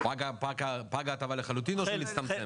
פגה ההטבה לחלוטין או שהצטמצם?